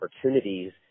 opportunities